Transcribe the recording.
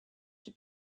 have